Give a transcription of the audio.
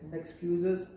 excuses